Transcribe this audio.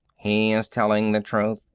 he is telling the truth,